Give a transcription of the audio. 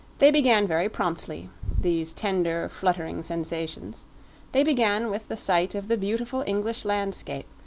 they began very promptly these tender, fluttering sensations they began with the sight of the beautiful english landscape,